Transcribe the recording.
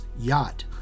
yacht